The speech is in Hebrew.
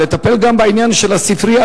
לטפל גם בעניין של הספרייה,